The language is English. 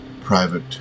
private